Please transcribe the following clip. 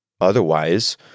otherwise